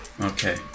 Okay